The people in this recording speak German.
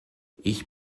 ich